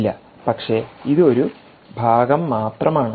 ഇല്ല പക്ഷേ ഇത് ഒരു ഭാഗം മാത്രമാണ്